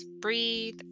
breathe